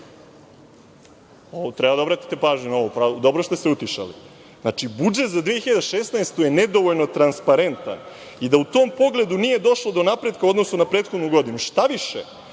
Treba da obratite pažnju na ovo, dobro je što ste utišali. Znači, budžet za 2016. godinu je nedovoljno transparentan i u tom pogledu nije došlo do napretka u odnosu na prethodnu godinu, štaviše,